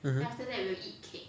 mmhmm